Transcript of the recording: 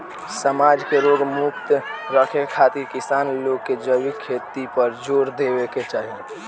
समाज के रोग मुक्त रखे खातिर किसान लोग के जैविक खेती पर जोर देवे के चाही